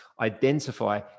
identify